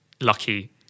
lucky